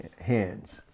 hands